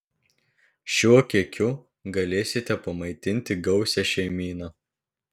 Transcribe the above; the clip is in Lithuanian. šiuo kiekiu galėsite pamaitinti gausią šeimyną